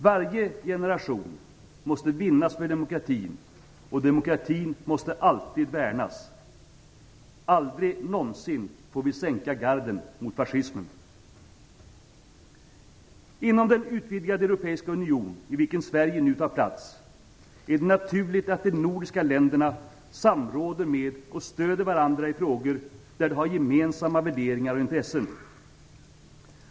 Varje generation måste vinnas för demokratin, och demokratin måste alltid värnas. Aldrig någonsin får vi sänka garden mot fascismen! Sverige nu tar plats är det naturligt att de nordiska länderna samråder med och stöder varandra i frågor där de har gemensamma värderingar och intressen.